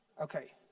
Okay